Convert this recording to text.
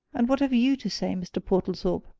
and what have you to say, mr. portlethorpe?